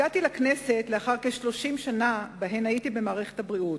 הגעתי לכנסת לאחר כ-30 שנים במערכת הבריאות,